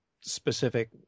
specific